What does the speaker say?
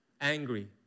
angry